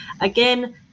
Again